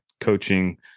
coaching